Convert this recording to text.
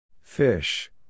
Fish